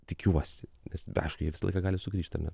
tikiuosi nes aišku jie visą laiką gali sugrįžt ar ne